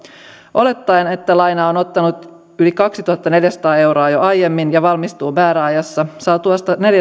olettaen että lainaa on ottanut yli kaksituhattaneljäsataa euroa jo aiemmin ja valmistuu määräajassa saa tuosta